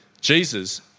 Jesus